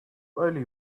early